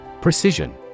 Precision